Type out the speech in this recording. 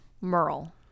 Merle